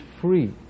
free